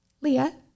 Leah